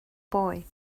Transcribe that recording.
boy